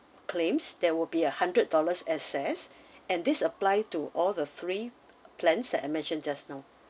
claims there will be a hundred dollars access and this apply to all the three plans that I mentioned just now